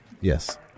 Yes